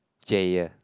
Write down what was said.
Jaiya